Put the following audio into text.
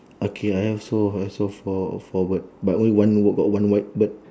okay I have so I also four four bird but only one yellow got one white bird